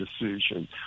decision